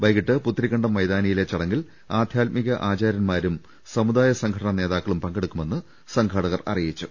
വൈകീട്ട് പുത്ത രിക്കണ്ടം മൈതാനിയിലെ ചടങ്ങിൽ ആധ്യാത്മിക ആചാരന്യമാരും സമു ദായ സംഘടനാ നേതാക്കളും പങ്കെടുക്കുമെന്ന് സംഘാടകർ അറിയിച്ചു